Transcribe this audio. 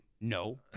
No